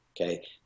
okay